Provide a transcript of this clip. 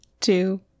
two